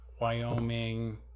Wyoming